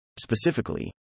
Specifically